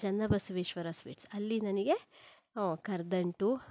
Chennabasaveshwara sweets ಅಲ್ಲಿ ನನಿಗೆ ಹೋ ಕರದಂಟು